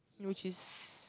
which is